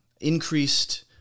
increased